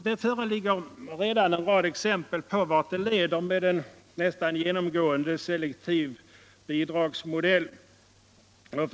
Det föreligger redan en rad exempel på vart en nästan genomgående selektiv bidragsmodell leder.